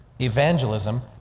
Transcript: evangelism